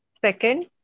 Second